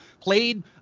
played